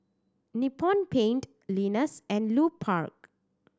Nippon Paint Lenas and Lupark